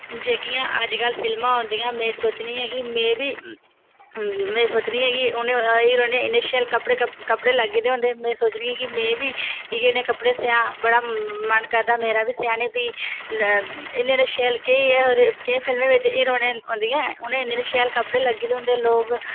जेह्कियां अज्ज कल फिल्मां औंदियां न में सोचनी आं कि में सोचनी आं कि उनें हीरो इन्ने शैल कपड़े लग्गे दे होंदे न में सोचनी आं कि में बी इयै जेह् कपड़े सेआं बड़ा मन करदा मेरी बी सेआने गी इन्ने इन्ने शैल केईं फिल्में च हिरोईन होंदियां इनें इन्ने इन्ने शैल कपड़े लग्गे दे होंदे